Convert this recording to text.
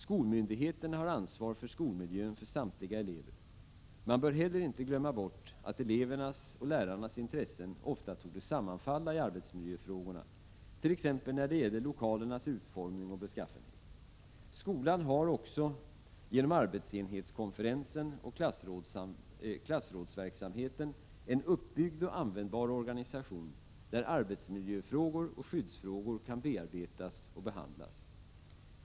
Skolmyndigheterna har ansvar för skolmiljön för samtliga elever. Man bör inte heller glömma bort att elevernas och lärarnas intressen ofta torde sammanfalla i arbetsmiljöfrågorna, t.ex. när det gäller lokalernas utformning och beskaffenhet. Skolan har också genom arbetsenhetskonferensen och klassrådsverksamheten en uppbyggd och användbar organisation, där arbetsmiljöfrågor och skyddsfrågor kan bearbetas och behandlas.